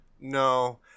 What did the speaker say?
No